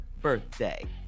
birthday